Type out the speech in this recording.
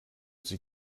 sie